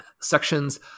sections